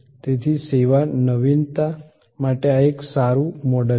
તેથી સેવા નવીનતા માટે આ એક સારું મોડેલ છે